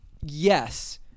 yes